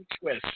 twist